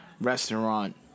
restaurant